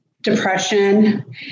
depression